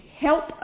help